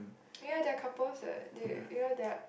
ya they are couples [what] they you know they are